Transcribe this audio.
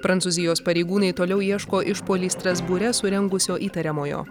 prancūzijos pareigūnai toliau ieško išpuolį strasbūre surengusio įtariamojo